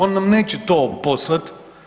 On nam neće to poslat.